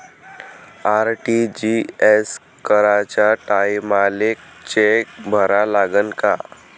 RTGS कराच्या टायमाले cheque भरा लागन का?